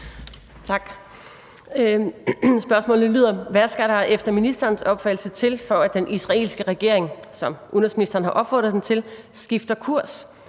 Trine Pertou Mach (EL): Hvad skal der efter ministerens opfattelse til, for at den israelske regering, som ministeren har opfordret den til, »skifter kurs«